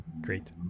great